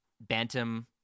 bantam